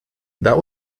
that